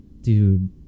dude